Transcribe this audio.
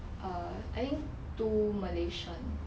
err I think two malaysian